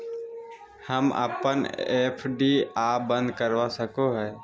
हम अप्पन एफ.डी आ बंद करवा सको हियै